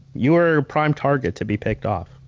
you're a prime target to be picked off.